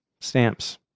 stamps